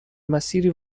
مسیری